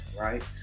right